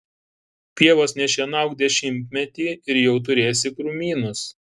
pievos nešienauk dešimtmetį ir jau turėsi krūmynus